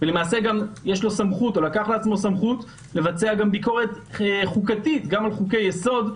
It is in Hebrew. והוא לקח לעצמו גם את הסמכות לבצע ביקורת חוקתית גם על חוקי יסוד,